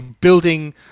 building